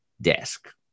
desk